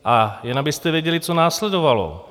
A jen abyste věděli, co následovalo.